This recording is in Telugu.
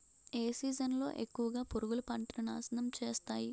ఏ సీజన్ లో ఎక్కువుగా పురుగులు పంటను నాశనం చేస్తాయి?